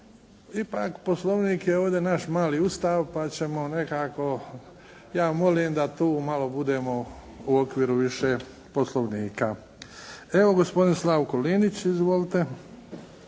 ipak, Poslovnik je ovdje naš mali Ustav pa ćemo nekako, ja molim da tu malo budemo u okviru više Poslovnika. Evo, gospodin Slavko Linić. Izvolite.